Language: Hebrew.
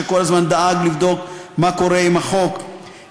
שכל הזמן דאג לבדוק מה קורה עם החוק,